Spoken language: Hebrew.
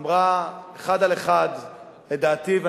ואתו בצוות הרבה מבני הציונות הדתית-לאומית.